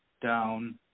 down